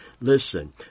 listen